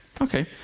okay